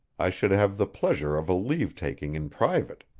i should have the pleasure of a leave-taking in private.